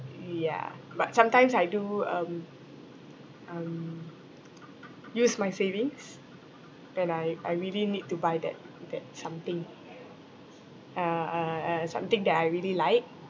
yeah but sometimes I do um um use my savings then I I really need to buy that that something uh uh uh something that I really like